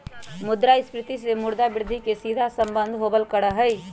मुद्रास्फीती से मुद्रा वृद्धि के सीधा सम्बन्ध होबल करा हई